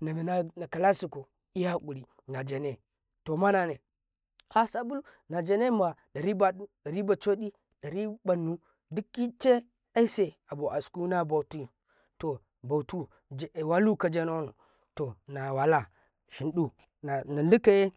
na linaƃikau to kiyi kaqu najene to marana najene riba ribbalɗi ribaɗamu ɗi kece isai abu askuna boti walukajan wallo to sanɗu